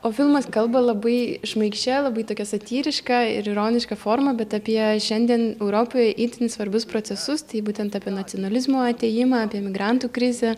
o filmas kalba labai šmaikščia labai tokia satyriška ir ironiška forma bet apie šiandien europoje itin svarbius procesus tai būtent apie nacionalizmo atėjimą apie emigrantų krizę